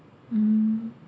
hmm